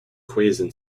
quezon